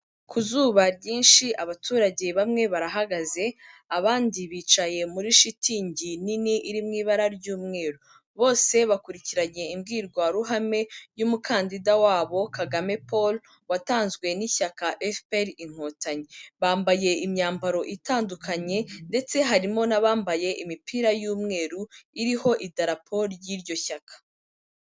Ku zuba ryinshi abaturage bamwe barahagaze, abandi bicaye muri shitingi nini iri mu ibara ry'umweru. Bose bakurikiranye imbwirwaruhame y'umukandida wabo Kagame Paul watanzwe n'ishyaka FPR Inkotanyi. Bambaye imyambaro itandukanye ndetse harimo n'abambaye imipira y'umweru iriho idarapo ry'iryo shyaka.